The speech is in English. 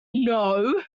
know